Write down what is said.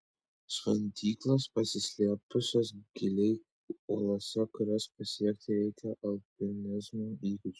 šventyklos pasislėpusios giliai uolose kurias pasiekti reikia alpinizmo įgūdžių